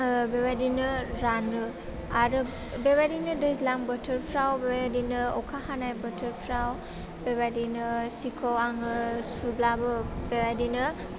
ओह बेबायदिनो रानो आरो बेबायदिनो दैज्लां बोथोरफ्राव बेबायदिनो अखा हानाय बोथोरफ्राव बेबायदिनो सिखौ आङो सुब्लाबो बेबायदिनो